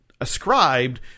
ascribed